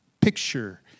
picture